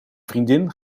vriendin